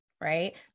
right